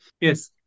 Yes